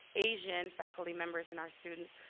asian faculty members and our students.